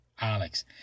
alex